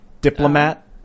diplomat